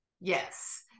Yes